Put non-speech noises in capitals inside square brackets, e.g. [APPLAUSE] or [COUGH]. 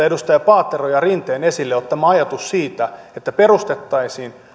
[UNINTELLIGIBLE] edustaja paateron ja rinteen esille ottama ajatus siitä että perustettaisiin